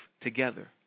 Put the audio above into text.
together